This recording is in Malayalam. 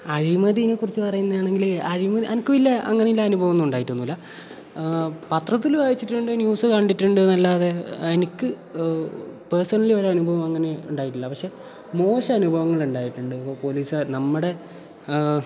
അഴിമതിയെക്കുറിച്ച് പറയുന്നതാണെങ്കിൽ അഴിമതി എനിക്ക് വലിയ അങ്ങനെയുള്ള അനുഭവമൊന്നും ഉണ്ടായിട്ടൊന്നുമില്ല പത്രത്തിൽ വായിച്ചിട്ടുണ്ട് ന്യൂസ് കണ്ടിട്ടുണ്ടെന്നല്ലാതെ എനിക്ക് പേഴ്സണലി ഒരു അനുഭവവും അങ്ങനെ ഉണ്ടായിട്ടില്ല പക്ഷേ മോശം അനുഭവങ്ങൾ ഉണ്ടായിട്ടുണ്ട് ഇപ്പം പോലീസുകാർ നമ്മുടെ